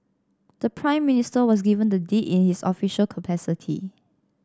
the Prime Minister was given the deed in his official capacity